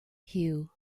hugh